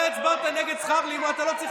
אל תענה